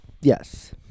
Yes